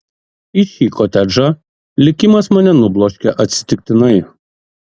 į šį kotedžą likimas mane nubloškė atsitiktinai